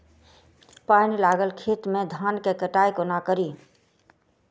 पानि लागल खेत मे धान केँ कटाई कोना कड़ी?